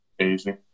Easy